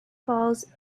falls